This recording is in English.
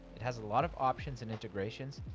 it has a lot of options and integrations,